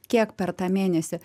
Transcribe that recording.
kiek per tą mėnesį